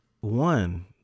one